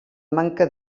manca